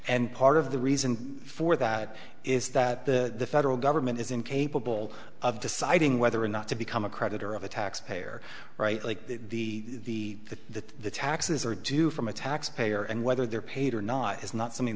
and part of the reason for that is that the federal government is incapable of deciding whether or not to become a creditor of a taxpayer right like the the taxes are due from a tax payer and whether they're paid or not is not something